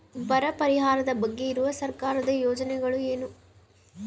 ಬರ ಪರಿಹಾರದ ಬಗ್ಗೆ ಇರುವ ಸರ್ಕಾರದ ಯೋಜನೆಗಳು ಏನು?